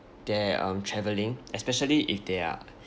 their um travelling especially if they are